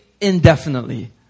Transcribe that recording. indefinitely